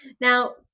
now